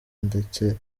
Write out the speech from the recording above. ndetse